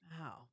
Wow